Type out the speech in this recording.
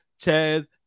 Chaz